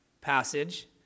passage